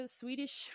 Swedish